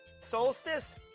Solstice